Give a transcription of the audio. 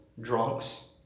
drunks